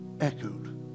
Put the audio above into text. echoed